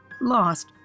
lost